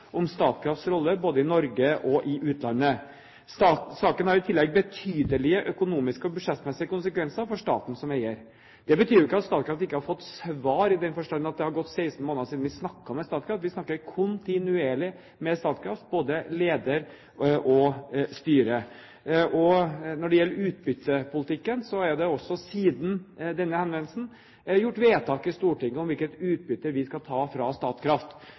om Statkrafts rolle både i Norge og i utlandet. Saken har i tillegg betydelige økonomiske og budsjettmessige konsekvenser for staten som eier. Det betyr ikke at Statkraft ikke har fått svar i den forstand at det har gått 16 måneder siden vi snakket med Statkraft – vi snakker kontinuerlig med Statkraft, både med leder og med styret. Når det gjelder utbyttepolitikken, er det også siden denne henvendelsen gjort vedtak i Stortinget om hvilket utbytte vi skal ta fra Statkraft,